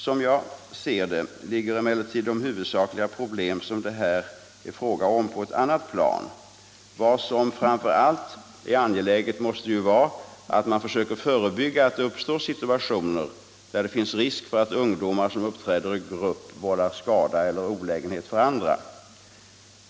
Som jag ser det ligger emellertid de huvudsakliga problem som det här är fråga om på ett annat plan. Vad som framför allt är angeläget måste ju vara att man försöker förebygga att det uppstår situationer där det finns risk för att ungdomar som uppträder i grupp vållar skada eller olägenhet för andra.